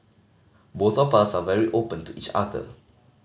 both of us are very open to each other